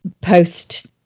post